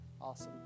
Awesome